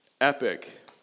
epic